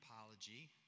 apology